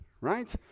Right